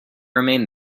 remained